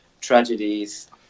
tragedies